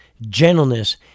gentleness